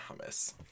hummus